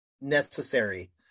necessary